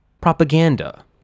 propaganda